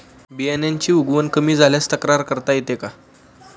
बियाण्यांची उगवण कमी झाल्यास तक्रार करता येते का?